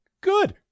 Good